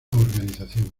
organización